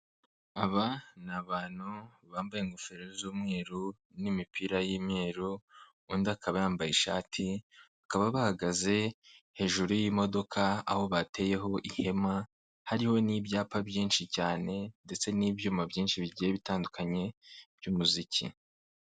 Aba ni abantu bambaye ingofero z'umweru n'imipira y'imweru, undi akaba yambaye ishati, bakaba bahagaze hejuru y'imodoka, aho bateyeho ihema hariho n'ibyapa byinshi cyane ndetse n'ibyuma byinshi bigiye bitandukanye by'umuziki.